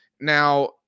Now